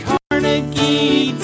Carnegie